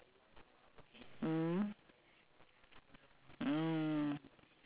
maybe I'm gonna try that uh what deanna's kitchen eh padi emas eh